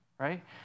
Right